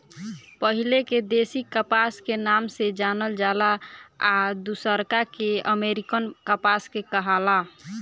पहिले के देशी कपास के नाम से जानल जाला आ दुसरका के अमेरिकन कपास के कहाला